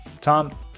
Tom